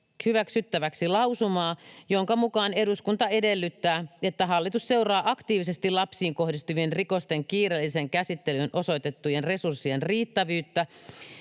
hyväksyttäväksi lausumaa, jonka mukaan eduskunta edellyttää, että hallitus seuraa aktiivisesti lapsiin kohdistuvien rikosten kiireelliseen käsittelyyn osoitettujen resurssien riittävyyttä